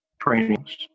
trainings